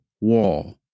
wall